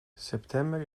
september